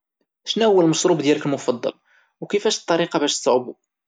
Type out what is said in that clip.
شنوهوا المشروب ديالك المفضل وكيفاش الطريقة باش تصاوبوا؟